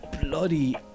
bloody